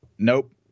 Nope